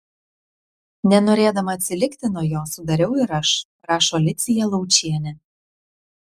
nenorėdama atsilikti nuo jo sudariau ir aš rašo alicija laučienė